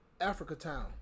Africatown